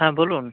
হ্যাঁ বলুন